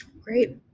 Great